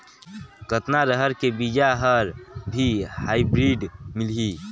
कतना रहर के बीजा हर भी हाईब्रिड मिलही?